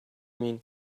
mean